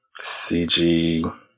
CG